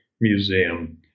Museum